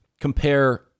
compare